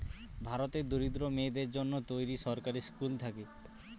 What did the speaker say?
ভারতের দরিদ্র মেয়েদের জন্য তৈরী সরকারি স্কুল থাকে